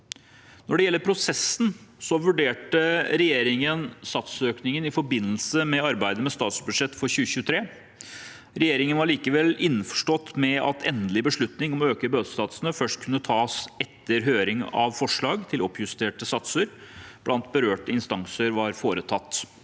Når det gjelder prosessen, vurderte regjeringen satsøkningen i forbindelse med arbeidet med statsbudsjettet for 2023. Regjeringen var likevel innforstått med at endelig beslutning om å øke bøtesatsene først kunne tas etter at høring av forslag til oppjusterte satser blant berørte instanser var foretatt.